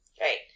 Right